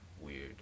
weird